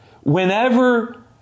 whenever